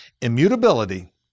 immutability